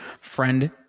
friend